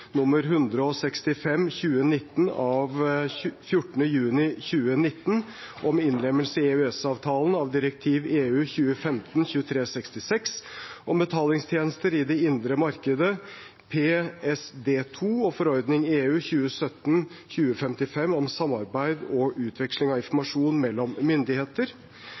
14. juni 2019 om innlemmelse i EØS-avtalen av direktiv 2015/2366 om betalingstjenester i det indre marked og forordning 2017/2055 om samarbeid og utveksling av informasjon mellom myndigheter